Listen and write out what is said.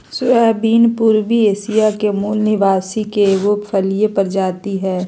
soybean पूर्वी Asia के मूल निवासी के एगो फलिय प्रजाति हइ